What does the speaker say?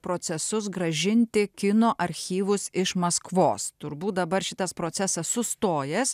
procesus grąžinti kino archyvus iš maskvos turbūt dabar šitas procesas sustojęs